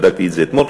בדקתי את זה אתמול,